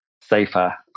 safer